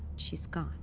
she's gone